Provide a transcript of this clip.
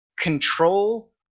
control